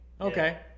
Okay